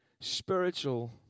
spiritual